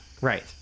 Right